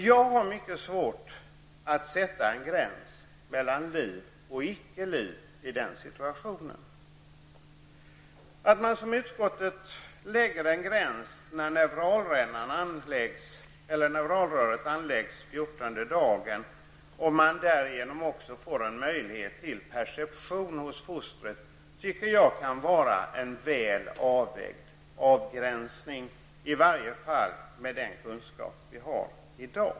Jag har mycket svårt att sätta en gräns mellan liv och icke liv i den situationen. Utskottet sätter en gräns när neuralröret anläggs 14 dagar räknat från dagen för befruktningen. Om man därigenom också får en möjlighet till perception av fostret, tycker jag att detta kan vara en väl avvägd avgränsning, i varje fall med den kunskap som vi har i dag.